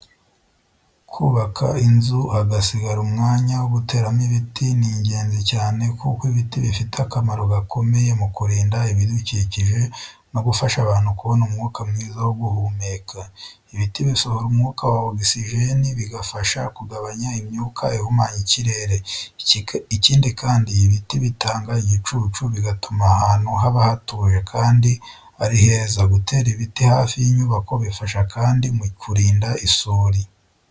Kubaka inzu hagasigara umwanya wo guteramo ibiti ni ingenzi cyane, kuko ibiti bifite akamaro gakomeye mu kurinda ibidukikije no gufasha abantu kubona umwuka mwiza wo guhumeka. Ibiti bisohora umwuka wa ogisijeni , bigafasha kugabanya imyuka ihumanya ikirere. Ikindi kandi, ibiti bitanga igicucu, bigatuma ahantu haba hatuje kandi ari heza. Gutera ibiti hafi y’inyubako bifasha kandi mu kurinda isuri.